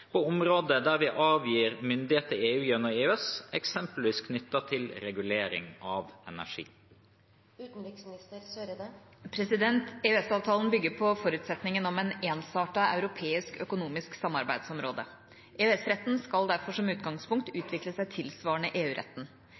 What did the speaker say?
på områder der vi avgir myndighet til EU gjennom EØS, eksempelvis knyttet til regulering av energi?» EØS-avtalen bygger på forutsetningen om et ensartet europeisk økonomisk samarbeidsområde. EØS-retten skal derfor som utgangspunkt utvikle seg tilsvarende